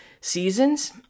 seasons